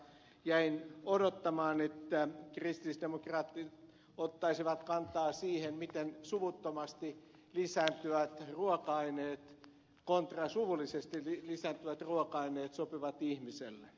jäin odottamaan että kristillisdemokraatit ottaisivat kantaa siihen miten suvuttomasti lisääntyvät ruoka aineet kontra suvullisesti lisääntyvät ruoka aineet sopivat ihmiselle